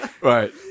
Right